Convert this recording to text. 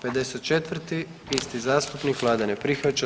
54. isti zastupnik, vlada ne prihvaća.